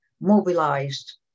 mobilized